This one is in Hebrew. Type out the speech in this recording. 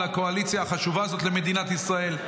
הקואליציה החשובה הזאת למדינת ישראל.